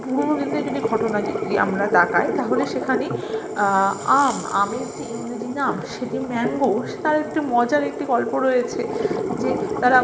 পুরোনো দিনের যদি ঘটনা যদি আমরা তাকাই তাহলে সেখানে আম আমের যে ইংরেজি নাম সেটি ম্যাঙ্গো সে তার একটি মজার একটি গল্প রয়েছে যে তারা